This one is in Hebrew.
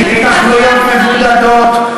להתנחלויות מבודדות,